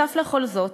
נוסף על כל זאת,